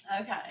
Okay